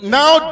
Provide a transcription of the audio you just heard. now